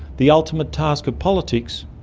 the ultimate task of politics,